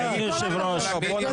זה לא ראוי.